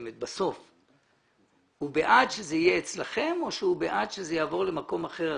האם הוא בעד זה שהרגולציה תהיה אצלכם או שהוא בעד שהיא תעבור למקום אחר.